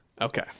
Okay